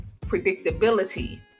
predictability